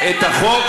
אוכפת את החוק,